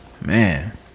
Man